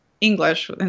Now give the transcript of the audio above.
English